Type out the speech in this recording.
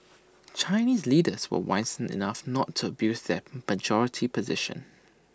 Chinese leaders were wise enough not to abuse their majority position